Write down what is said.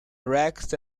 racks